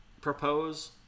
propose